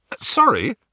Sorry